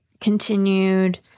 continued